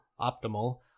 optimal